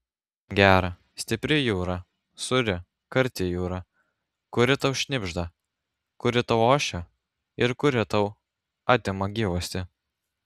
gera stipri jūra sūri karti jūra kuri tau šnibžda kuri tau ošia ir kuri tau atima gyvastį